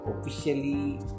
officially